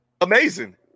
Amazing